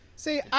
See